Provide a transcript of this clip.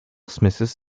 smiths